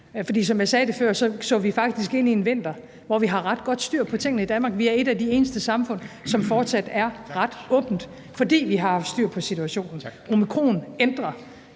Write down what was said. for som jeg sagde det før, så vi faktisk ind i en vinter, hvor vi har ret godt styr på tingene i Danmark. Vi er et af de eneste samfund, som fortsat er ret åbent, fordi vi har haft styr på situationen. Omikron ændrer